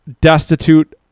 destitute